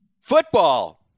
football